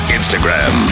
Instagram